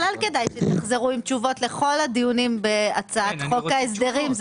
בכלל כדאי שתחזרו עם תשובות לכל הדיונים בהצעת חוק ההסדרים,